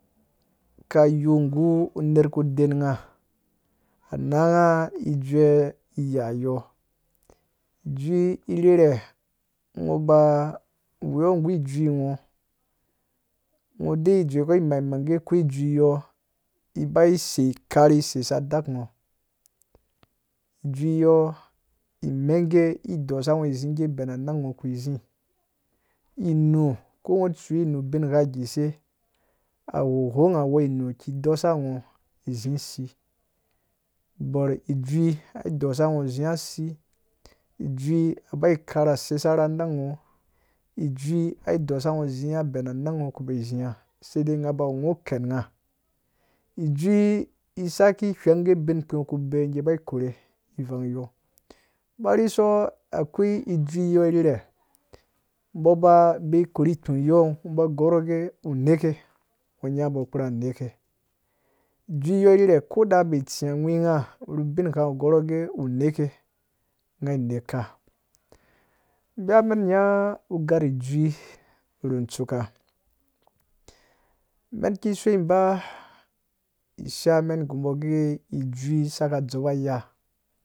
Kayi gu uner ku dengha anangha ijue ya yɔɔ ijui irhere ngho ba weyo gu ijui ngho ngho dei dzowuko malmang gee a kwoi jui yɔɔ kiba karhi sei na a dak ngho jui yɔɔ umegee i dosa ngho zingee ko bena nan ngho kizi inuko ngho tsuwe inu bingha gose agwhon ngha wɔɔ inu ki dosa izisi bor ijui ai dosa ngho zia si ijui bai kara seisa na nangho ijui ai dosa ngho ben a nan ngho ku beyi ziya saidai ngha ba wu ken ngha ijui saki gwheenki ben kpi ku beyi gee ba korhe ivan yɔɔ ba rhiso akwai ijui yɔɔ rhere bo ba beyi korhu ikpũyɔɔ ba gɔrɔɔ gee uneka ngho nya bo kpurha neve jui yɔɔ rhere ko a bayi tsi ngwi ngha ru bingha ba gɔrɔɔ gee uneka ngha neka beya men nya gar ijui ru tsuuka menso ba sha men gubo gor gee ijui saka dzoba ya.